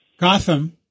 Gotham